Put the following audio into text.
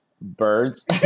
Birds